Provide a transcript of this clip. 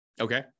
okay